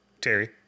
Terry